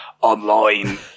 online